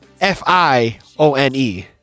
f-i-o-n-e